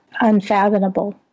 unfathomable